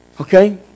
Okay